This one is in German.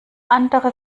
andere